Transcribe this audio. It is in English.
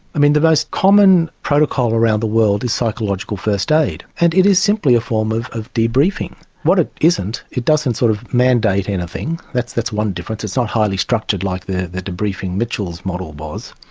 i mean the most common protocol around the world is psychological first-aid, and it is simply a form of of debriefing. what it isn't, it doesn't sort of mandate anything, that's that's one difference, it's not highly structured like the the debriefing mitchell's model was.